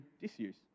disuse